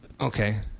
Okay